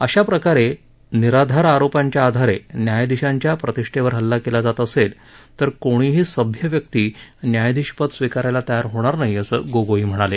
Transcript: अशा प्रकारे निराधार आरोपांच्या आधारे न्यायाधीशाच्या प्रतिषेवर हल्ला केला जात असेल तर कोणीही सभ्य व्यक्ती न्यायाधीशपद स्वीकारायला तयार होणार नाही असं गोगोई म्हणाले